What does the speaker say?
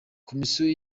komisiyo